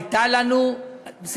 שהייתה לנו בעיה,